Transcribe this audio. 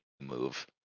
move